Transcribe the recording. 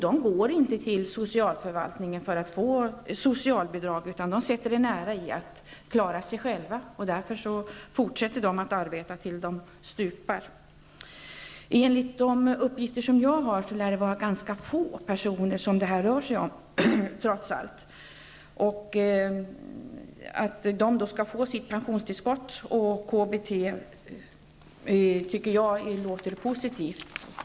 De går inte till socialförvaltningen för att få socialbidrag, utan de sätter en ära i att klara sig själva. Därför fortsätter de att arbeta tills de stupar. Enligt de uppgifter som jag har lär det röra sig om ganska få personer. Att de skall få sitt pensionstillskott och sitt KBT låter positivt.